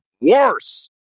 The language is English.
worse